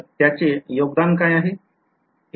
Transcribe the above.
तर त्याचे योगदान काय आहे